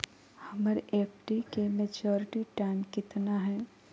हमर एफ.डी के maturity time कितना है?